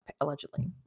allegedly